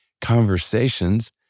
conversations